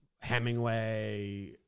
Hemingway